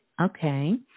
Okay